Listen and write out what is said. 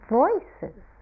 voices